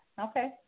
Okay